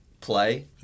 play